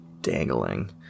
dangling